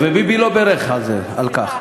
וביבי לא בירך על כך.